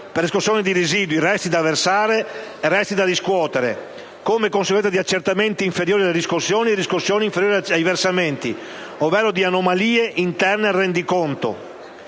per riscossioni residui, resti da versare e resti da riscuotere, come conseguenza di accertamenti inferiori alle riscossioni e di riscossioni inferiori ai versamenti, ovvero in anomalie interne al rendiconto,